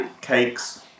cakes